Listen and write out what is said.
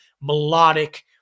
melodic